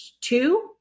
two